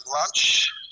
lunch